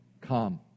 come